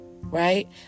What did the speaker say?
right